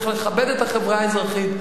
צריך לכבד את החברה האזרחית,